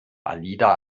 alida